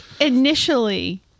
initially